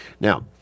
Now